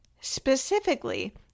Specifically